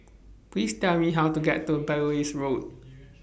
Please Tell Me How to get to Belilios Road